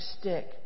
stick